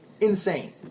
Insane